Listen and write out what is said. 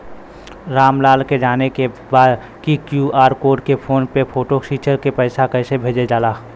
राम लाल के जाने के बा की क्यू.आर कोड के फोन में फोटो खींच के पैसा कैसे भेजे जाला?